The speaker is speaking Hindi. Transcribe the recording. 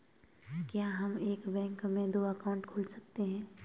क्या हम एक बैंक में दो अकाउंट खोल सकते हैं?